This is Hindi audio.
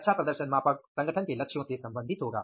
अच्छा प्रदर्शन मापक संगठन के लक्ष्यों से संबंधित होगा